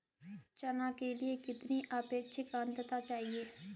चना के लिए कितनी आपेक्षिक आद्रता चाहिए?